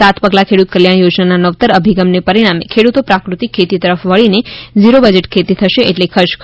સાત પગલાં ખેડૂત કલ્યાણ યોજનાના નવતર અભિગમને પરિણામે ખેડૂતો પ્રાકૃતિક ખેતી તરફ વાળીને ઝીરો બજેટ ખેતી થશે એટલે ખર્ચ ઘટશે